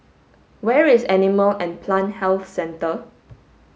where is Animal and Plant Health Centre